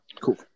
cool